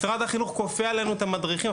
משרד החינוך כופה עלינו את המדריכים,